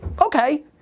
Okay